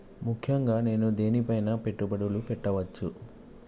ముఖ్యంగా నేను దేని పైనా పెట్టుబడులు పెట్టవచ్చు?